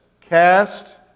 cast